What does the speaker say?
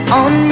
on